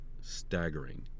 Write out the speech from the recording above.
staggering